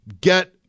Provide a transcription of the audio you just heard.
get